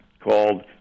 called